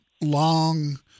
long